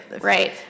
Right